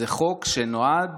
זה חוק שנועד